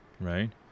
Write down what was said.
Right